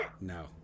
No